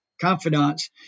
confidants